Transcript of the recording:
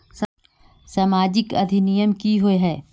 सामाजिक अधिनियम की होय है?